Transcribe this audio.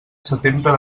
setembre